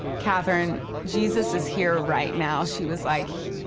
katherine, jesus is here right now. she was like,